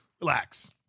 Relax